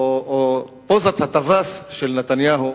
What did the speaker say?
או פוזת הטווס של נתניהו,